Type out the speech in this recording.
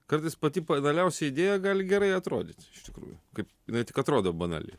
kartais pati panaliausia idėja gali gerai atrodyt iš tikrųjų kaip jinai tik atrodo banali